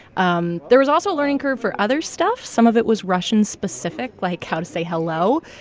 um there was also a learning curve for other stuff. some of it was russian specific, like how to say hello.